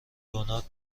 دونات